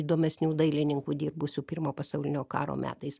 įdomesnių dailininkų dirbusių pirmo pasaulinio karo metais